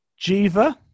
Jiva